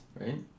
Right